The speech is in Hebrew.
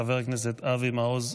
חבר הכנסת אבי מעוז,